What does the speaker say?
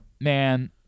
Man